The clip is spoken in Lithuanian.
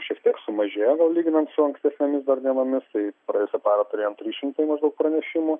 šiek tiek sumažėjo gal lyginant su ankstesnėmis dar dienomis tai praėjusią parą turėjom trys šimtai maždaug pranešimų